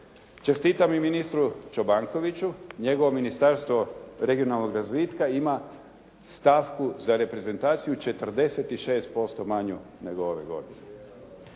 Čestitam i ministru Čobankoviću, njegovo ministarstvo regionalnog razvitka ima stavku za reprezentaciju 46% manju nego ove godine.